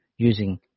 Using